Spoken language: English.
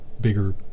bigger